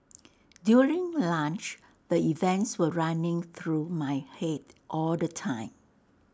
during lunch the events were running through my Head all the time